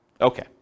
Okay